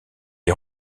est